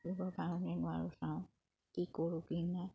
কৰিবৰ কাৰণে চাওঁ কি কৰোঁ কি নাই